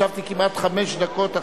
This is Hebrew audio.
ישבתי כמעט חמש דקות.